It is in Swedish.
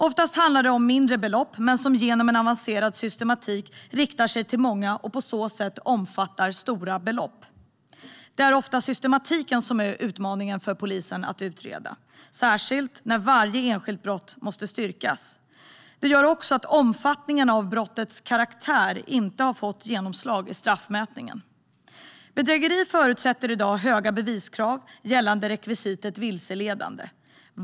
Oftast handlar det om mindre belopp, men genom en avancerad systematik riktar bedrägerierna sig till många och omsätter på så sätt stora belopp. Det är ofta systematiken som är utmaningen för polisen att utreda. Varje enskilt brott måste styrkas. Det gör också att omfattningen av brottets karaktär inte har fått genomslag i straffmätningen. Bedrägeri förutsätter i dag höga beviskrav gällande rekvisitet vilseledande.